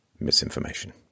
misinformation